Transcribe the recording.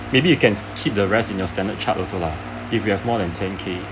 maybe you can keep the rest in your standard chart also lah if you have more than ten K